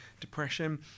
depression